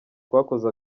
twakoze